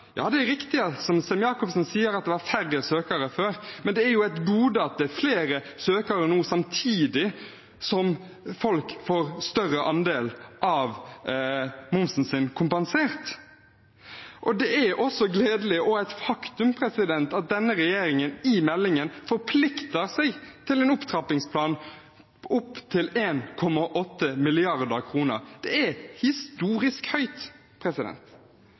Ja, det er riktig som representanten Sem-Jacobsen sier, at det var færre søkere før, men det er jo et gode at det er flere søkere nå, samtidig som folk får en større andel av momsen kompensert. Det er også gledelig og et faktum at denne regjeringen i meldingen forplikter seg til en opptrappingsplan opp til 1,8 mrd. kr. Det er historisk høyt.